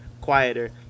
quieter